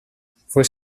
fue